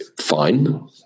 fine